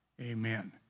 Amen